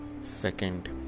Second